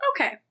Okay